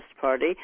party